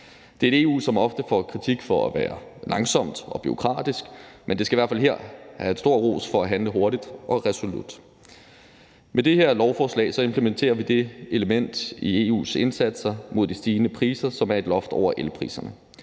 Det er et EU, som ofte får kritik for at være langsomt og bureaukratisk, men EU skal i hvert fald her have stor ros for at handle hurtigt og resolut. Med det her lovforslag implementerer vi det element i EU’s indsatser mod de stigende priser, som er et loft over elpriserne.